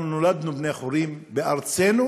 אנחנו נולדנו בני-חורין בארצנו.